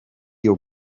your